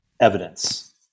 evidence